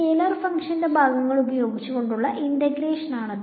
scalar ഫങ്ക്ഷന്റെ ഭാഗങ്ങൾ ഉപയോഗിച്ചുകൊണ്ടുള്ള ഇന്റഗ്രേഷൻ ആണ്